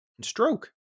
stroke